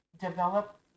develop